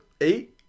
Eight